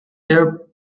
air